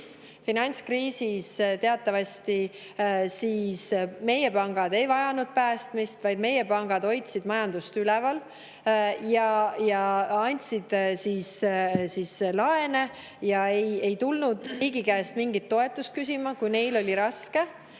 finantskriis, siis teatavasti meie pangad ei vajanud päästmist, vaid nad hoidsid majandust üleval ja andsid laene ega tulnud riigi käest mingit toetust küsima, kuigi neil oli raske.